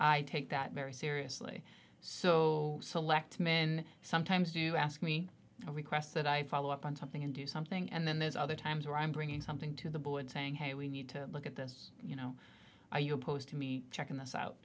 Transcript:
i take that very seriously so selectman sometimes do ask me requests that i follow up on something and do something and then there's other times where i'm bringing something to the board saying hey we need to look at this you know are you opposed to me checking this out